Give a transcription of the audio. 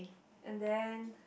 and then